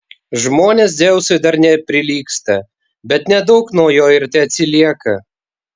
žmonės dzeusui dar neprilygsta bet nedaug nuo jo ir teatsilieka